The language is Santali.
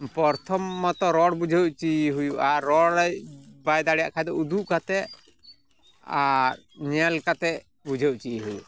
ᱯᱚᱨᱛᱷᱚᱢᱚᱛᱚ ᱨᱚᱲ ᱵᱩᱡᱷᱟᱹᱣ ᱚᱪᱚᱭᱮ ᱦᱩᱭᱩᱜᱼᱟ ᱨᱚᱲᱮ ᱵᱟᱭ ᱫᱟᱲᱮᱭᱟᱜ ᱠᱷᱟᱡ ᱩᱫᱩᱜ ᱠᱟᱛᱮ ᱟ ᱧᱮᱞ ᱠᱟᱛᱮ ᱵᱩᱡᱷᱟᱹᱣ ᱚᱪᱚᱭᱮ ᱦᱩᱭᱩᱜᱼᱟ